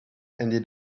ended